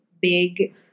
big